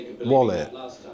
wallet